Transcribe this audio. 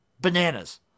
Bananas